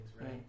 right